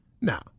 Now